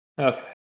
Okay